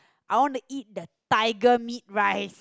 I want to eat that tiger meat rice